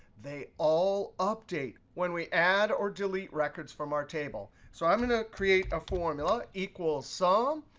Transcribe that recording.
they all update when we add or delete records from our table. so i'm going to create a formula, equal sum,